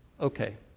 Okay